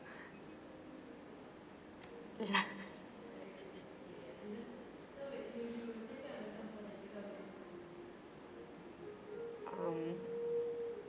ya um